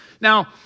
Now